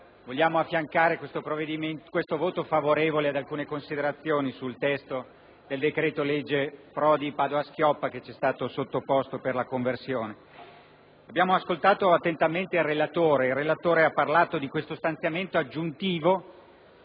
vogliamo affiancare questo orientamento favorevole ad alcune considerazioni sul testo del decreto-legge Prodi-Padoa-Schioppa che ci è stato sottoposto per la conversione. Abbiamo ascoltato attentamente il relatore, che ha parlato di uno stanziamento aggiuntivo